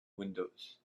windows